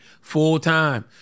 full-time